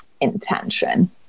intention